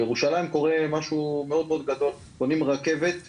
בירושלים קורה משהו מאד גדול, בונים רכבת קלה,